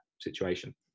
situation